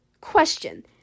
question